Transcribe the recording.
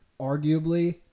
arguably